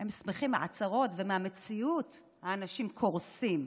הם שמחים בהצהרות, ובמציאות האנשים קורסים.